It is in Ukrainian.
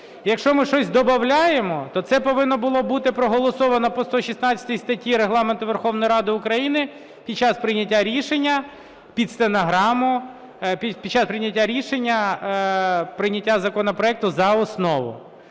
Якщо ми щось добавляємо, то це повинно було бути проголосовано по 116 статті Регламенту Верховної Ради України під час прийняття рішення, під стенограму, під час прийняття рішення прийняття законопроекту за основу.